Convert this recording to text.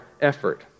effort